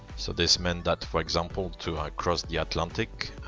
so this meant that for example, to cross the atlantic,